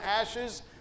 ashes